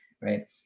right